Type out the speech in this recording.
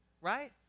Right